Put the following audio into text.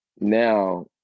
Now